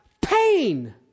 pain